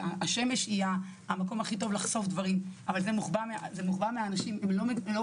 שיעור הפסיכיאטרים במדינת ישראל לפי דו"ח